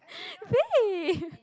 babe